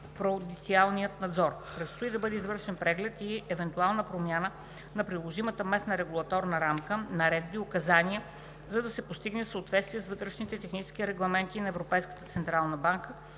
макропруденциалния надзор. Предстои да бъде извършен преглед и евентуална промяна на приложимата местна регулаторна рамка – наредби, указания, за да се постигне съответствие с вътрешните технически регламенти на Европейската централна банка